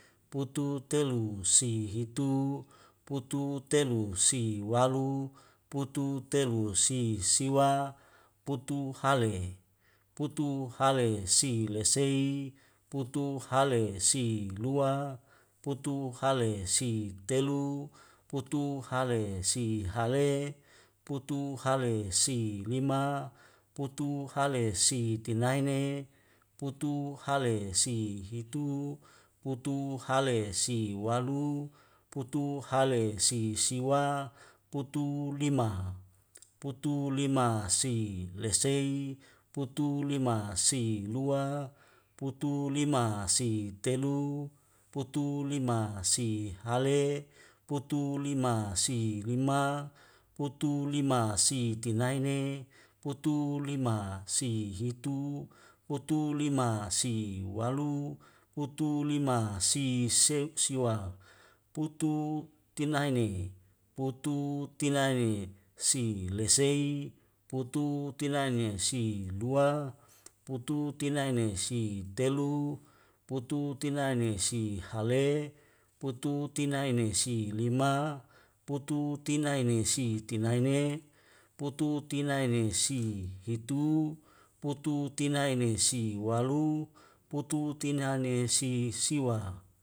Putu telu si hitu, putu telu si walu, putu telu si siwa, putu hale, putu hale si lesei, putu hale si lua, putu hale si telu, putu hale si hale, putu hale si lima, putu hale si tinaene, putu hale si hitu, putu hale si walu, putu hale si siwa, putu lima, putu lima si lesei, putu lima si lua, putu lima si telu, putu lima si hale, putu lima si lima, putu lima si tinaene, putu lima si hitu, putu lima si walu, putu lima si seu' siwa, putu tinaene, putu tinaene si lesei, putu tinaene si lua, putu tinaene si telu, putu tinaene si hale, putu tinaene si lima, putu tinaene si tinaene, putu tinaene si hitu, putu tinaene si walu, putu tinaene si siwa